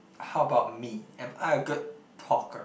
how about me am I a good talker